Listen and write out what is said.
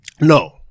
No